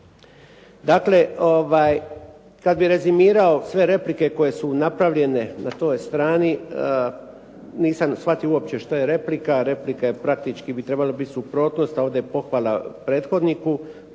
Dakle, kada bih rezimirao sve replike koje su napravljene na toj strani, nisam shvatio uopće što je replika, replika je praktički trebala biti suprotnost, a ovdje je pohvala prethodniku,